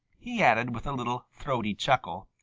he added with a little throaty chuckle.